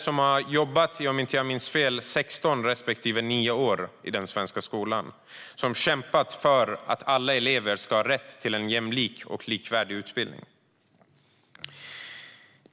De har jobbat i 16 respektive 9 år i den svenska skolan, om jag inte minns fel, och har kämpat för att alla elever ska ha rätt till en jämlik och likvärdig utbildning.